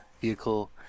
vehicle